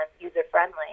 user-friendly